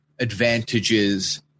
advantages